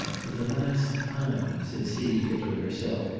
for the last time, said celia to herself,